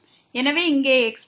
எனவே இங்கே x2y2